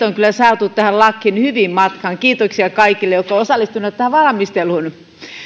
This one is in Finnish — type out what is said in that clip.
on kyllä saatu tähän lakiin hyvin matkaan kiitoksia kaikille jotka ovat osallistuneet tähän valmisteluun